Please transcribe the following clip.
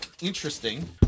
interesting